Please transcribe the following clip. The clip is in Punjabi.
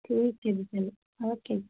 ਠੀਕ ਹੈ ਜੀ ਚਲੋ ਓਕੇ ਜੀ